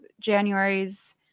January's